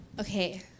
Okay